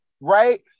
right